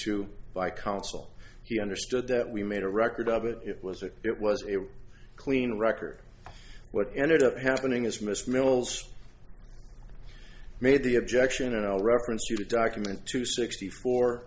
to by counsel he understood that we made a record of it was that it was a clean record what ended up happening is miss mills made the objection and all reference to documents to sixty four